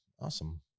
awesome